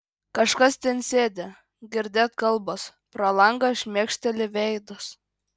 kažkas ten sėdi girdėt kalbos pro langą šmėkšteli veidas